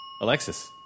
Alexis